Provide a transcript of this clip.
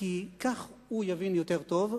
כי כך הוא יבין יותר טוב,